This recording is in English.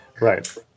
Right